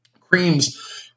creams